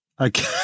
Okay